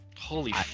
Holy